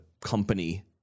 company